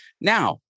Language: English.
Now